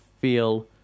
feel